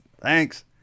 thanks